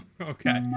Okay